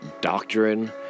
doctrine